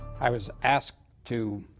i was asked to